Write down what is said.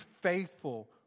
faithful